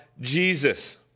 Jesus